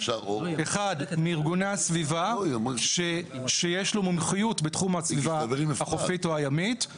אחד מארגוני הסביבה שיש לו מומחיות בתחום הסביבה החופית או הימית,